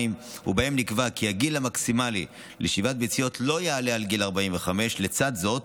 ובהן נקבע כי הגיל המקסימלי לשאיבת ביציות לא יעלה על גיל 45. לצד זאת,